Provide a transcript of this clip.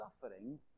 suffering